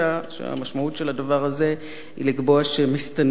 שהמשמעות של הדבר הזה היא לקבוע שמסתננים יהיו